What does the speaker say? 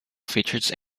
features